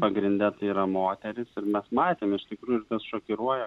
pagrinde tai yra moterys ir mes matėm iš tikrųjų šokiruoja